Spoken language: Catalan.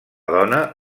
dona